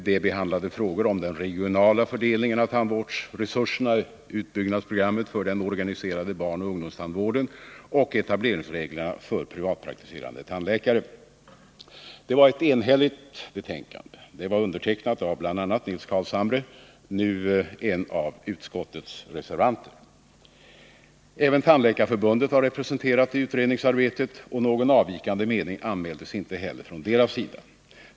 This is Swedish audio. Det behandlade frågor om den regionala fördelningen av tandvårdsresurserna, utbyggnadsprogrammet för den organiserade barnoch ungdomstandvården och etableringsreglerna för privatpraktiserande tandläkare. Det var ett enhälligt betänkande. Det var undertecknat av bl.a. Nils Carlshamre, nu en av utskottets reservanter. Även Tandläkarförbundet var representerat i utredningsarbetet, och någon avvikande mening anmäldes inte heller från deras sida.